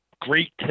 great